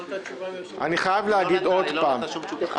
אני חייב להגיד עוד פעם.